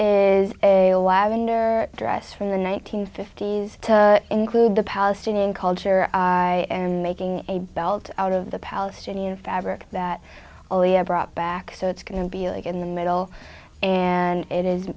is a lavender dress from the nineteen fifties to include the palestinian culture and making a belt out of the palestinian fabric that only i brought back so it's going to be like in the middle and it is